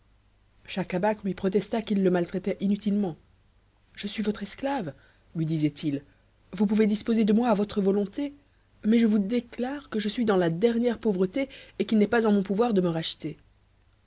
schacabac lui protesta qu'il le maltraitait inutilement je suis votre esclave lui disait-il vous pouvez disposer de moi à votre volonté mais je vous déclare que je suis dans la dernière pauvreté et qu'il n'est pas en mon pouvoir de me racheter